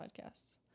Podcasts